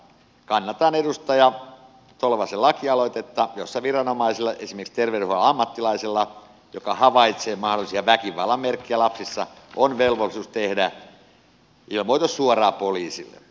kannatan edustaja tolvasen lakialoitetta jossa viranomaisella esimerkiksi terveydenhuollon ammattilaisella joka havaitsee mahdollisia väkivallan merkkejä lapsissa on velvollisuus tehdä ilmoitus suoraan poliisille